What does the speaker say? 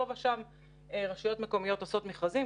פה ושם רשויות מקומיות עושות מכרזים.